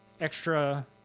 extra